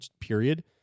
period